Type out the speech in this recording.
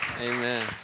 Amen